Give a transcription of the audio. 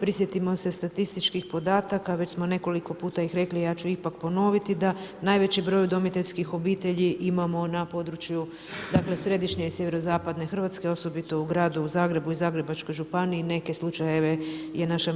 Prisjetimo se statističkih podataka, već smo nekoliko puta i rekli, ja ću ipak ponoviti da najveći broj udomiteljskih obitelji imamo na području središnje i SZ Hrvatske, osobito u gradu Zagrebu i Zagrebačkoj županiji, neke slučajeve je naša